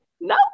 no